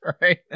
right